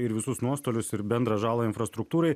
ir visus nuostolius ir bendrą žalą infrastruktūrai